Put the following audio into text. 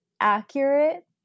accurate